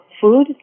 food